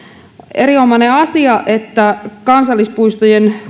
erinomainen asia että kansallispuistojen